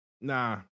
Nah